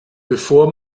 bevor